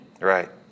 Right